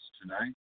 tonight